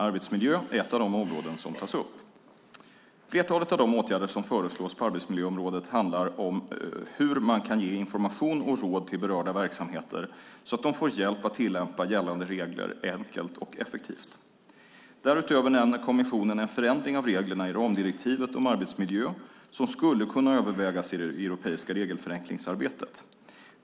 Arbetsmiljö är ett av de områden som tas upp. Flertalet av de åtgärder som föreslås på arbetsmiljöområdet handlar om hur man kan ge information och råd till berörda verksamheter så att de får hjälp att tillämpa gällande regler enkelt och effektivt. Därutöver nämner kommissionen en förändring av reglerna i ramdirektivet om arbetsmiljö som skulle kunna övervägas i det europeiska regelförenklingsarbetet.